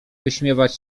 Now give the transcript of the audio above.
wyśmiewać